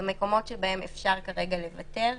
במקומות בהם אפשר כרגע לוותר.